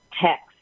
text